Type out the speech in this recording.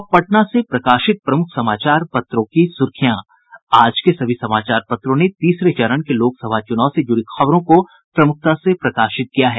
अब पटना से प्रकाशित प्रमुख समाचार पत्रों की सुर्खियां आज के सभी समाचार पत्रों ने तीसरे चरण के लोकसभा चुनाव से जुड़ी खबरों को प्रमुखता से प्रकाशित किया है